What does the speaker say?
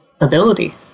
ability